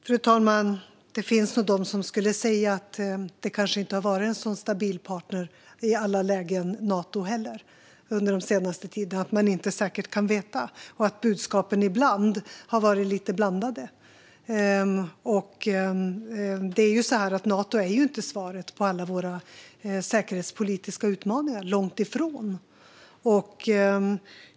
Fru talman! Det finns nog de som skulle säga att inte heller Nato under den senaste tiden har varit en så stabil partner i alla lägen och att man inte säkert kan veta. Budskapen har ibland varit lite blandade. Nato är inte svaret på alla våra säkerhetspolitiska utmaningar, långt ifrån.